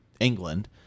England